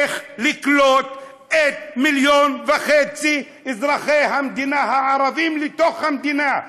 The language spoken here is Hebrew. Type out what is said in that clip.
איך לקלוט את 1.5 מיליון אזרחי המדינה הערבים לתוך המדינה.